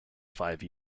five